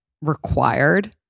required